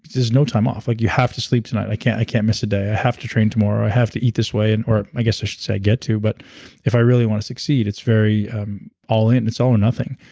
there's no time off like you have to sleep tonight. i can't i can't miss a day. i have to train tomorrow. i have to eat this way, and or i guess i should say i get to, but if i really want to succeed, it's very um all in. it's all or nothing.